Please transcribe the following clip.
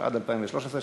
התשע"ד 2013,